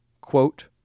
quote